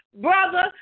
brother